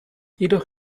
jedoch